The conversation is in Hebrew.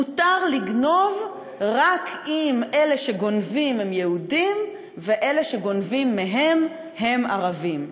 מותר לגנוב רק אם אלה שגונבים הם יהודים ואלה שגונבים מהם הם ערבים.